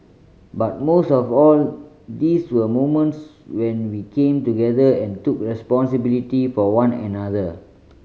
but most of all these were moments when we came together and took responsibility for one another